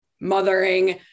mothering